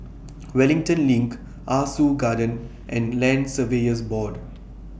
Wellington LINK Ah Soo Garden and Land Surveyors Board